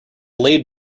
laid